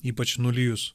ypač nulijus